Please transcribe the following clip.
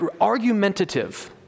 argumentative